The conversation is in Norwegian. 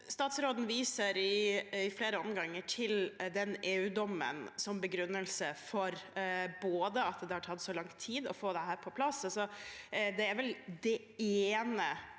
Statsråden viser i flere omganger til EU-dommen som begrunnelse for både at det har tatt så lang tid å få dette på plass,